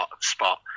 spot